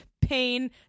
pain